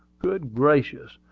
good gracious!